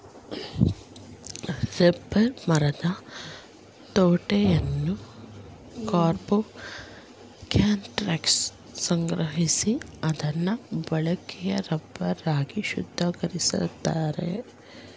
rubber ಮರದ ತೊಗಟೆನ ಕೊರ್ದು ಲ್ಯಾಟೆಕ್ಸನ ಸಂಗ್ರಹಿಸಿ ಅದ್ನ ಬಳಕೆಯ ರಬ್ಬರ್ ಆಗಿ ಶುದ್ಧೀಕರಿಸ್ತಾರೆ